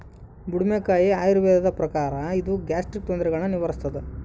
ಬುಡುಮೆಕಾಯಿ ಆಯುರ್ವೇದದ ಪ್ರಕಾರ ಇದು ಗ್ಯಾಸ್ಟ್ರಿಕ್ ತೊಂದರೆಗುಳ್ನ ನಿವಾರಿಸ್ಥಾದ